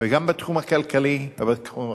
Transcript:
וגם בתחום הכלכלי וגם בתחום החברתי.